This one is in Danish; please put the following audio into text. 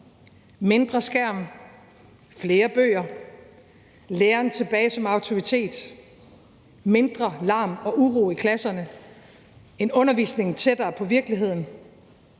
mindre skærm, flere bøger, at læreren skal tilbage som en autoritet, mindre larm og uro i klasserne, en undervisning tættere på virkeligheden,